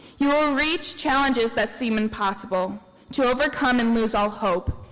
you will reach challenges that seem impossible to overcome, and lose all hope.